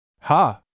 Ha